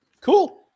cool